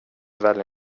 välja